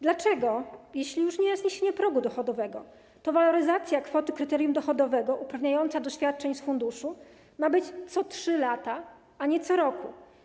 Dlaczego, jeśli już nie ma zniesienia progu dochodowego, waloryzacja kwoty kryterium dochodowego uprawniająca do świadczeń z funduszu ma być co 3 lata, a nie co roku?